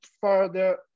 further